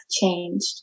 changed